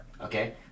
okay